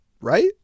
right